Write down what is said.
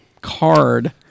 card